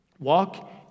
Walk